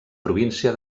província